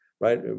right